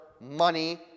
money